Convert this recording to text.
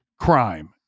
crime